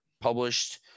published